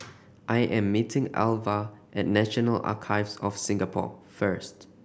I am meeting Alva at National Archives of Singapore first